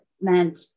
meant